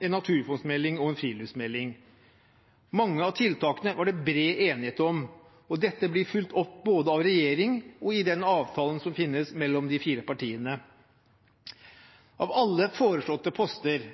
en naturmangfoldmelding og en friluftsmelding. Mange av tiltakene var det bred enighet om, og dette blir fulgt opp både av regjeringen og i den avtalen som foreligger mellom de fire partiene. Av alle foreslåtte poster